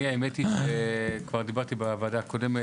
אני האמת היא שכבר דיברתי בוועדה הקודמת.